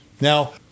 now